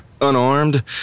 unarmed